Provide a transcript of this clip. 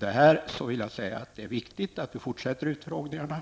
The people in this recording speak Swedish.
Det är därför viktigt att vi fortsätter med utfrågningarna